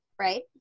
right